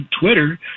Twitter